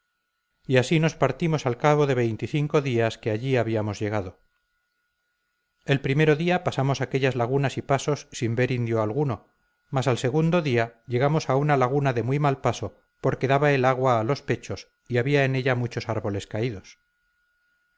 y así nos partimos al cabo de veinte y cinco días que allí habíamos llegado el primero día pasamos aquellas lagunas y pasos sin ver indio ninguno mas al segundo día llegamos a una laguna de muy mal paso porque daba el agua a los pechos y había en ella muchos árboles caídos